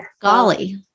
golly